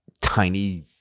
tiny